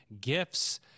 gifts